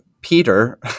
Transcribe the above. Peter